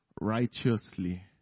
righteously